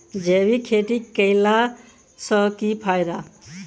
जैविक खेती केला सऽ की फायदा?